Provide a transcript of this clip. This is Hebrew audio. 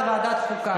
זו ועדת חוקה.